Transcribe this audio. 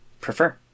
prefer